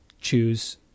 choose